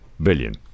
billion